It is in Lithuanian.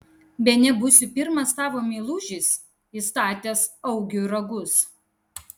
bene būsiu pirmas tavo meilužis įstatęs augiui ragus